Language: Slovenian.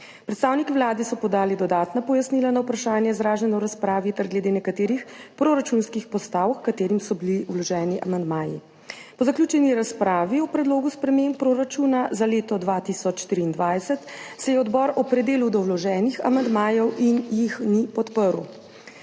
Predstavniki Vlade so podali dodatna pojasnila na vprašanja, izražena v razpravi, ter glede nekaterih proračunskih postavk, h katerim so bili vloženi amandmaji. Po zaključeni razpravi o predlogu sprememb proračuna za leto 2023 se je odbor opredelil do vloženih amandmajev in jih ni podprl.